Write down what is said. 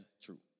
true